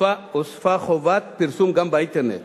הוספה חובת פרסום גם באינטרנט